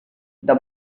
the